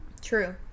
true